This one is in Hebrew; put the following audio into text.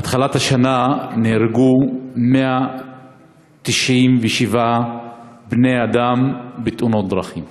מהתחלת השנה נהרגו 197 בני-אדם בתאונות דרכים.